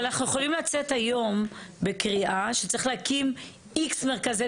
אבל אנחנו יכולים לצאת היום בקריאה שצריך להקים X מרכזי